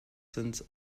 sind